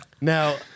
Now